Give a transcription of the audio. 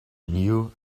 knew